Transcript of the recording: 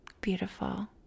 beautiful